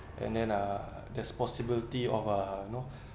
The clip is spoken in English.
and then uh there's possibility of uh you know